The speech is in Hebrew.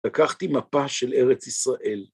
לקחתי מפה של ארץ ישראל.